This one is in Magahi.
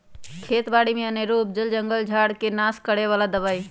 खेत बारि में अनेरो उपजल जंगल झार् के नाश करए बला दबाइ